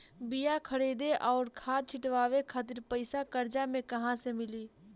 बीया खरीदे आउर खाद छिटवावे खातिर पईसा कर्जा मे कहाँसे मिली?